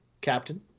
Captain